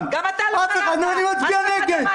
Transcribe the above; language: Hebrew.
-- גם אתה לא קראת -- אני מצביע נגד.